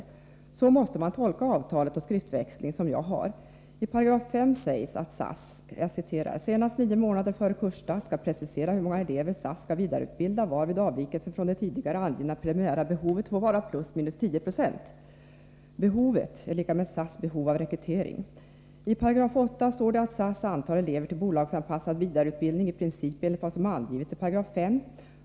På annat sätt kan man inte tolka avtalet och den skriftväxling jag har tillgång till. I 5 § sägs att SAS ”senast 9 månader före kursstart skall precisera hur många elever SAS skall vidareutbilda, varvid avvikelsen från det tidigare angivna preliminära behovet får vara +10 96”. ”Behovet” är liktydigt med SAS behov av nyrekrytering. I 8§ står det att SAS antar elever till bolagsanpassad vidareutbildning i princip enligt vad som angivits i 5 §.